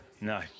No